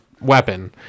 weapon